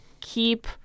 keep